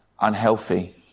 unhealthy